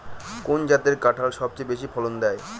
কোন জাতের কাঁঠাল সবচেয়ে বেশি ফলন দেয়?